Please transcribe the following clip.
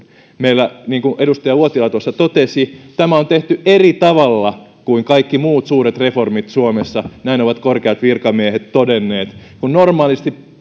meillä niin kuin edustaja uotila tuossa totesi tämä on tehty eri tavalla kuin kaikki muut suuret reformit suomessa näin ovat korkeat virkamiehet todenneet kun normaalisti